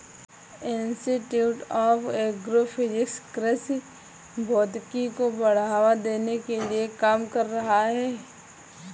institute of agro physics कृषि भौतिकी को बढ़ावा देने के लिए काम कर रहा है